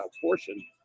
portion